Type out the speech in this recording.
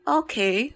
okay